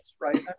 right